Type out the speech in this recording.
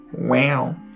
Wow